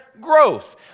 growth